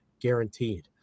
guaranteed